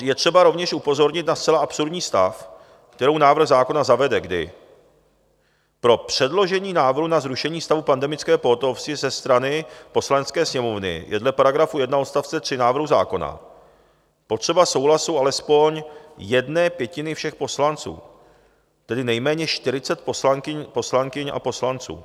Je třeba rovněž upozornit na zcela absurdní stav, který návrh zákon zavede, kdy pro předložení návrhu na zrušení stavu pandemické pohotovosti ze strany Poslanecké sněmovny je dle § 1 odst. 3 návrhu zákona potřeba souhlasu alespoň 1/5 všech poslanců, tedy nejméně 40 poslankyň a poslanců.